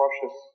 cautious